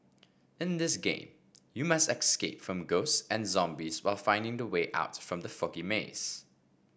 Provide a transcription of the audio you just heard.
in this game you must escape from ghosts and zombies while finding the way out from the foggy maze